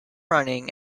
running